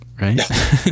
right